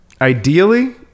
Ideally